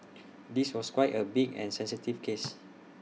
this was quite A big and sensitive case